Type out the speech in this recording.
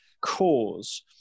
cause